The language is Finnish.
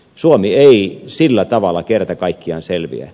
suomi ei sillä tavalla kerta kaikkiaan selviä